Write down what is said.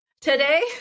today